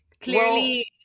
clearly